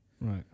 right